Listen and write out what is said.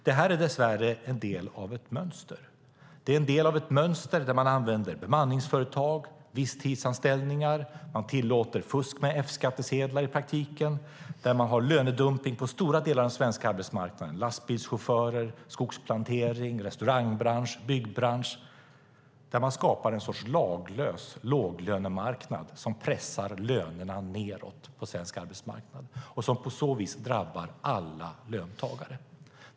Detta är dess värre en del av ett mönster där man använder bemanningsföretag och visstidsanställningar, tillåter fusk med F-skattsedlar och har lönedumpning på stora delar av den svenska arbetsmarknaden: bland lastbilschaufförer, inom skogsplantering, i restaurangbransch och byggbransch. Man skapar en sorts laglös låglönemarknad som pressar lönerna nedåt på svensk arbetsmarknad och som på så via drabbar alla löntagare.